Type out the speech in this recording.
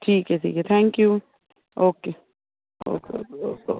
ਠੀਕ ਹੈ ਠੀਕ ਹੈ thank you okay okay okay okay